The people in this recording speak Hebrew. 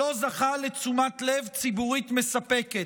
שלא זכה לתשומת לב ציבורית מספקת.